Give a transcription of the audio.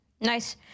nice